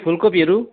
फुलकोपीहरू